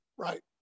Right